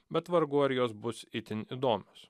bet vargu ar jos bus itin įdomios